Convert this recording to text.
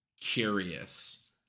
curious